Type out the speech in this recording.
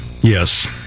Yes